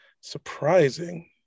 surprising